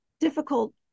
Difficult